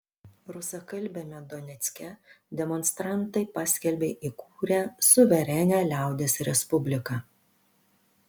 rusakalbiame donecke demonstrantai paskelbė įkūrę suverenią liaudies respubliką